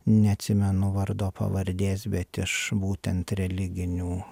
neatsimenu vardo pavardės bet iš būtent religinių